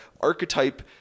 archetype